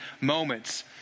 moments